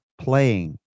playing